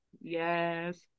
Yes